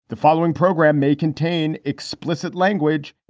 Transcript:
the following program may contain explicit language